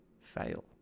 fail